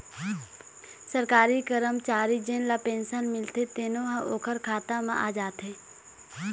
सरकारी करमचारी जेन ल पेंसन मिलथे तेनो ह ओखर खाता म आ जाथे